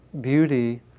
beauty